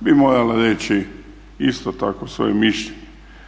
bi morala reći isto tako svoje mišljenje.